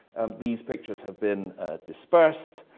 these pictures have been dispersed,